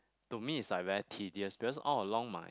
to me it's like very tedious because all along my